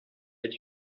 est